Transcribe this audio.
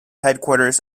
headquarters